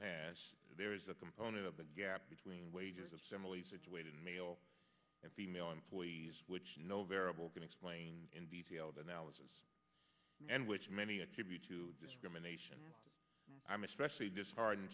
past there is a component of the gap between wages of similarly situated male and female employees which no variable can explain in detail the analysis and which many attribute to discrimination i'm especially dishearten